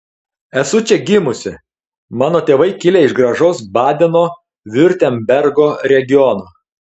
esu čia gimusi mano tėvai kilę iš gražaus badeno viurtembergo regiono